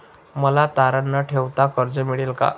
मला तारण न ठेवता कर्ज मिळेल का?